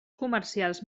comercials